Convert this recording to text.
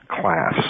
class